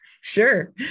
Sure